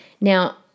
Now